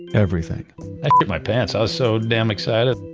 everything. i shit my pants i was so damn excited.